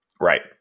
Right